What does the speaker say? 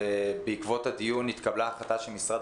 ובעקבות הדיון התקבלה החלטה של משרד